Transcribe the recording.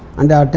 and